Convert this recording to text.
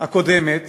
הקודמת